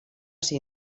ser